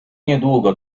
niedługo